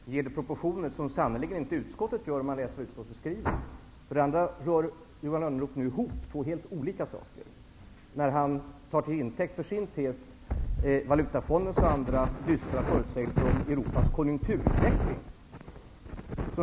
Herr talman! För det första ger Johan Lönnroth frågan sådana proportioner som utskottet sannerligen inte gör. Det framgår om man läser utskottets skrivning. För det andra rör Johan Lönnroth ihop två olika saker när han tar Valutafondens och andras förutsägelser om Europas konjunkturutveckling till intäkt för sin tes.